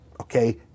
okay